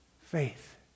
faith